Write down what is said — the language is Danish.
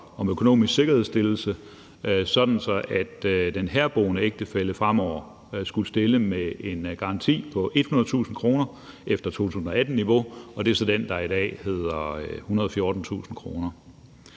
om økonomisk sikkerhedsstillelse, sådan at den herboende ægtefælle fremover skulle stille med en garanti på 100.000 kr. efter 2018-niveau. Det er så det, der i dag hedder 114.000 kr.